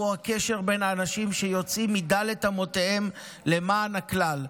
הקשר בין האנשים שיוצאים מ-ד' אמותיהם למען הכלל,